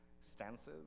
stances